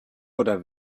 oder